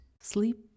sleep